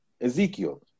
Ezekiel